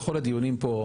בכל הדיונים פה,